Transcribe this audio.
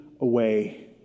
away